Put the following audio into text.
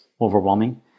overwhelming